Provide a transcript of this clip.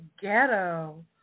ghetto